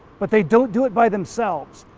but they don't do it by themselves.